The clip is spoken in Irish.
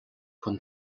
don